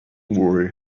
worry